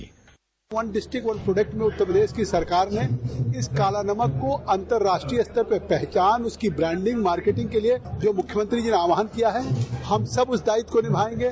Jagdambika Pal byte one district one product में उत्तर प्रदेश की सरकार ने इस काला नमक को अंतर्राष्ट्रीय स्तर पर पहचान उसकी बांडिंग मार्केटिंग के लिए जो मुख्यमंत्री जी ने आह्वान किया है हम सब उस दायित्व को निभाएंगे